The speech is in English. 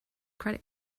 credit